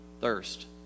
thirst